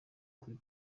kuri